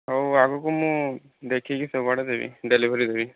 ହେଉ ଆଗକୁ ମୁଁ ଦେଖିକି ସବୁ ଆଡ଼େ ଦେବି ଡେଲିଭରି ଦେବି